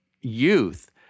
youth